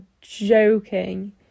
joking